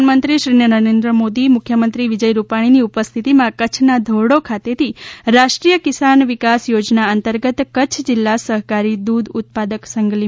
પ્રધાનમંત્રી શ્રી નરેન્દ્ર મોદી મુખ્યમંત્રી વિજય રૂપાણીની ઉપસ્થિતિમાં કચ્છના ધોરડો ખાતેથી રાષ્ટ્રિય કિસાન વિકાસ યોજના અંતર્ગત કચ્છ જિલ્લા સહકારી દૂધ ઉત્પાદક સંઘ લી